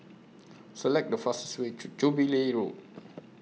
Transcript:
Select The fastest Way to Jubilee Road